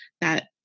That-